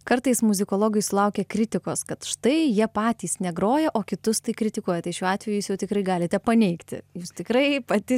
kartais muzikologai sulaukia kritikos kad štai jie patys negroja o kitus tai kritikuoja tai šiuo atveju jūs jau tikrai galite paneigti jūs tikrai pati